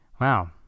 Wow